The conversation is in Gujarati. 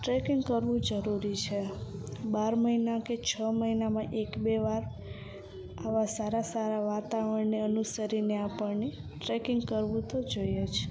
ટ્રેકિંગ કરવું જરૂરી છે બાર મહિના કે છ મહિનામાં એક બે વાર આવાં સારા સારા વાતાવરણને અનુસરીને આપણને ટ્રેકિંગ કરવું તો જોઈએ જ